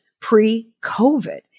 pre-COVID